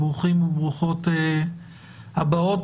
ברוכות וברוכים הבאים.